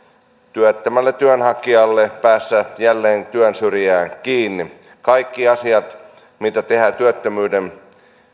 työttömälle työnhakijalle päästä jälleen työn syrjään kiinni kaikki asiat mitä tehdään työttömyyden